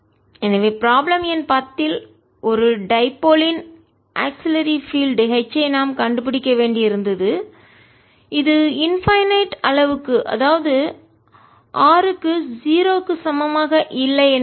எனவே ப்ராப்ளம் எண் 10 இல் ஒரு டைபோல் புள்ளி இருமுனை யின் ஆக்ஸிலரி பீல்டு துணை புலம் H ஐ நாம் கண்டுபிடிக்க வேண்டியிருந்தது இது இன்பைநெட் எல்லையற்ற அளவுக்கு அதாவது r க்கு 0 க்கு சமமாக இல்லை என்பது வரை